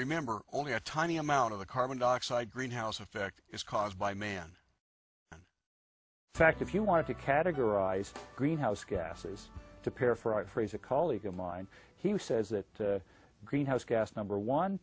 remember only a tiny amount of the carbon dioxide greenhouse effect is caused by man fact if you want to categorize greenhouse gases to pair for i phrase a colleague of mine he says that greenhouse gas number one